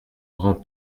grand